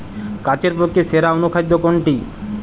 গাছের পক্ষে সেরা অনুখাদ্য কোনটি?